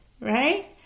right